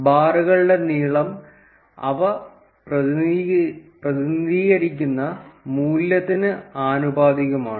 ബാറുകളുടെ നീളം അവ പ്രതിനിധീകരിക്കുന്ന മൂല്യത്തിന് ആനുപാതികമാണ്